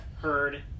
heard